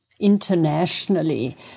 internationally